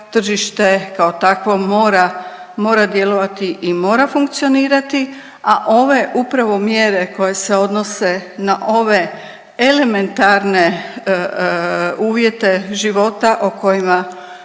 kao takvo mora, mora djelovati i mora funkcionirati, a ove upravo mjere koje se odnose na ove elementarne uvjete života o kojima